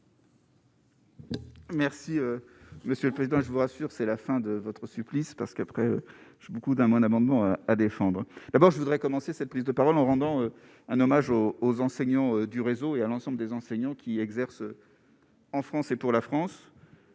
Merci monsieur le président je vous rassure, c'est la fin de votre supplice parce qu'après c'est beaucoup d'un mois d'amendements à défendre d'abord je voudrais commencer cette prise de parole en rendant un hommage au aux enseignants du réseau et à l'ensemble des enseignants qui exercent en France et pour la France.